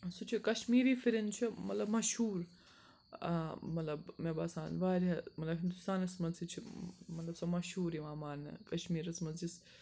سُہ چھُ کشمیٖری فِرِنۍ چھُ مطلب مشہوٗر ٲں مطلب مےٚ باسان واریاہ مطلب ہندوستانَس منٛز تہِ چھِ مطلب سۄ مشہوٗر یِوان ماننہٕ کَشمیٖرَس منٛز یۄس